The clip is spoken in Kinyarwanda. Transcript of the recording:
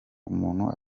umuntu